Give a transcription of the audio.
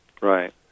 right